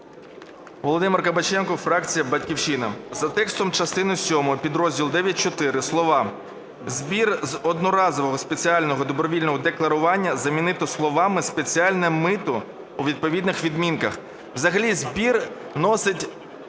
Володимир Кабаченко, фракція "Батьківщина". За текстом частини сьомої підрозділу 9.4. слова "збір з одноразового спеціального добровільного декларування" замінити словами "спеціальне мито" у відповідних відмінках. Взагалі збір носить